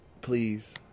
please